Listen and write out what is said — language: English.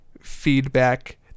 feedback